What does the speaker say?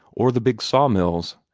or the big sawmills.